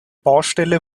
baustelle